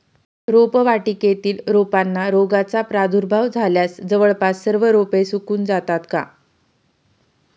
रोपवाटिकेतील रोपांना रोगाचा प्रादुर्भाव झाल्यास जवळपास सर्व रोपे सुकून जातात का?